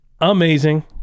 amazing